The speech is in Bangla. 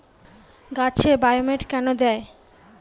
গাছে বায়োমেট কেন দেয়?